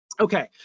Okay